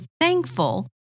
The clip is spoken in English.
thankful